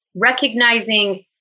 recognizing